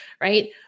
right